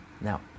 Now